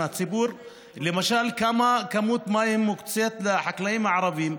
למשל כמה כמות מים מוקצית לחקלאים הערבים.